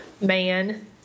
man